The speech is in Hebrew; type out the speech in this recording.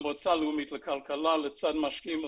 המועצה הלאומית לכלכלה לצד משקיעים מוסדיים,